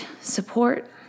support